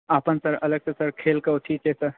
अपन सर अलगसँ सर खेल कऽ ओथि छै सर